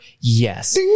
yes